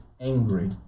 angry